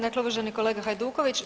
Dakle uvaženi kolega Hajduković.